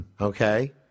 okay